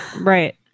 right